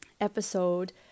episode